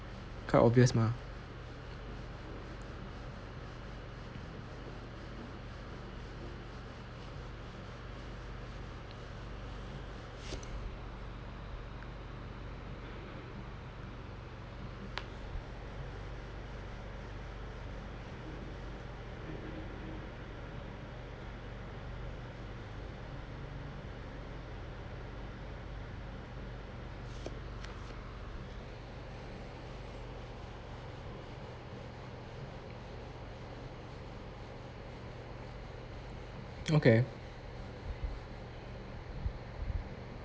quite obvious mah okay